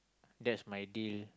that's my deal